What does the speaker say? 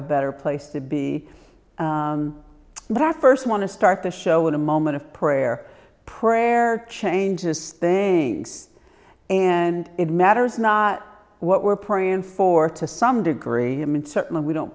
a better place to be back first want to start the show with a moment of prayer prayer changes things and it matters not what we're praying for to some degree i'm uncertain we don't